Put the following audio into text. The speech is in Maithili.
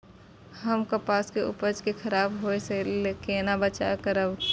हम कपास के उपज के खराब होय से केना बचाव करबै?